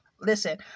Listen